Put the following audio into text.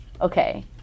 Okay